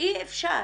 אי אפשר,